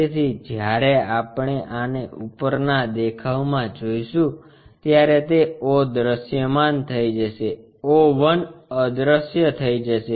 તેથી જ્યારે આપણે આને ઉપરનાં દેખાવમાં જોઈશું ત્યારે તે o દૃશ્યમાન થઈ જશે o 1 અદૃશ્ય થઈ જશે